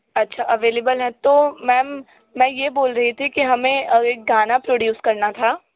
अच्छा अवेलेबल हैं तो मेम मैं ये बोल रही थी कि हमें एक गाना प्रोड्यूस करना था